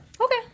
Okay